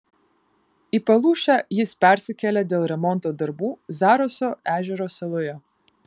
į palūšę jis persikėlė dėl remonto darbų zaraso ežero saloje